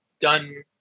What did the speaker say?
done